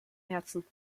herzen